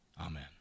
Amen